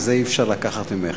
ואת זה אי-אפשר לקחת ממך.